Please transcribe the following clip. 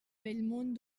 bellmunt